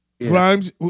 Grimes